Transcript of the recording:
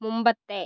മുമ്പത്തെ